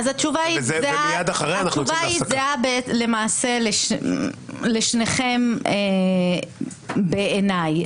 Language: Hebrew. התשובה זהה למעשה לשניכם בעיניי.